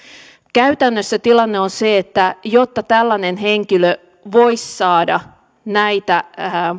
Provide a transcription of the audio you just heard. käytännössä tilanne on se että jotta tällainen henkilö voisi saada näitä